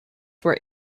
were